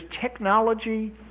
technology